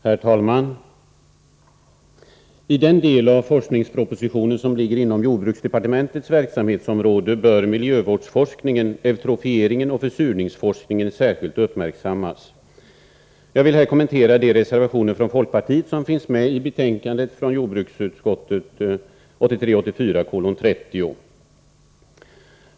Herr talman! I den del av forskningspropositionen som gäller jordbruksdepartementets verksamhetsområde bör miljövårdsforskningen, eutrofieringen och försurningsforskningen särskilt uppmärksammas. Jag vill här kommentera de reservationer från folkpartiet som finns med i jordbruksutskottets betänkande 30.